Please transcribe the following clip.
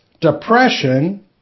depression